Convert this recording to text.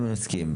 אני מסכים,